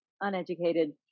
uneducated